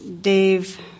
Dave